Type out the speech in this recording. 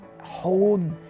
hold